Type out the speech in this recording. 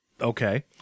Okay